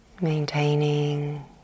maintaining